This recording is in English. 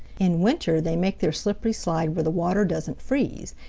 in winter they make their slippery slide where the water doesn't freeze,